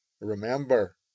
remember